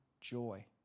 joy